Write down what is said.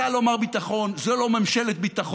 אתה לא מר ביטחון, זאת לא ממשלת ביטחון,